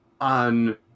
on